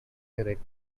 erect